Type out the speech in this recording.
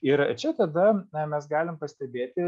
ir čia tada mes galim pastebėti